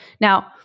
Now